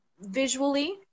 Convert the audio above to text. visually